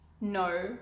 No